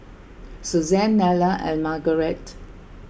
Suzan Nella and Margarete